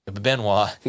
Benoit